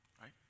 right